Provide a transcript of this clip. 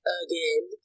again